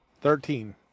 Thirteen